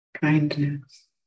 Kindness